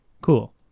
Cool